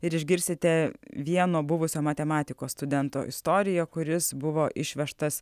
ir išgirsite vieno buvusio matematikos studento istoriją kuris buvo išvežtas